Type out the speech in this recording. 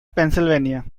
pennsylvania